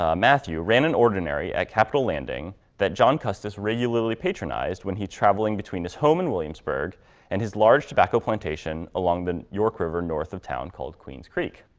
ah matthew ran an ordinary at capitol landing that john custis regularly patronized when he traveling between his home in williamsburg and his large tobacco plantation along the york river, north of town called queen's creek.